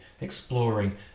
exploring